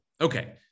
Okay